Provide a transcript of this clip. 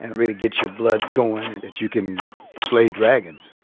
and really gets your blood going, and that you can slay dragons.